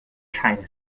keine